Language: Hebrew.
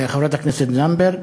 חברת הכנסת זנדברג,